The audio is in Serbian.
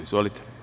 Izvolite.